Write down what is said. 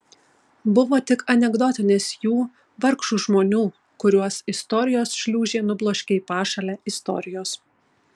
buvo tik anekdotinės jų vargšų žmonių kuriuos istorijos šliūžė nubloškė į pašalę istorijos